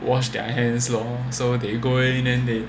wash their hands lor so they go in then they